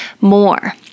more